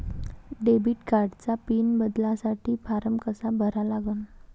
Debit कार्डचा pin बदलासाठी form कसा भरा लागन?